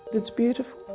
it's beautiful.